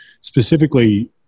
specifically